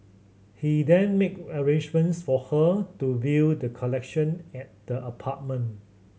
he then made arrangements for her to view the collection at the apartment